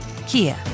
kia